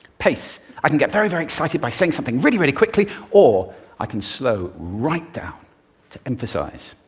pace. i can get very very excited by saying something really really quickly, or i can slow right down to emphasize,